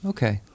Okay